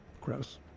Gross